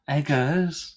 Eggers